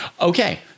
Okay